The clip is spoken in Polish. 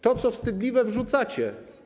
To, co wstydliwe, wrzucacie.